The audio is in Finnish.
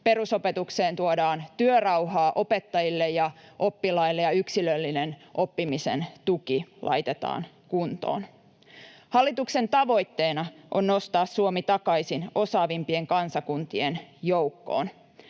perusopetukseen tuodaan työrauhaa opettajille ja oppilaille, ja yksilöllinen oppimisen tuki laitetaan kuntoon. Hallituksen tavoitteena on nostaa Suomi takaisin osaavimpien kansakuntien joukkoon.